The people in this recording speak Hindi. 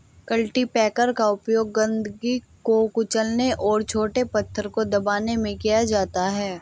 कल्टीपैकर का उपयोग गंदगी को कुचलने और छोटे पत्थरों को दबाने में किया जाता है